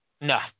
No